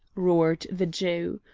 roared the jew,